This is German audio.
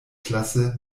klasse